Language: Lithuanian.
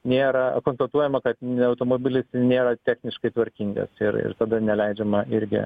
nėra konstatuojama kad automobilis nėra techniškai tvarkingas ir ir tada neleidžiama irgi